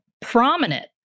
prominent